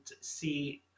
see